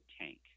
tank